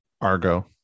Argo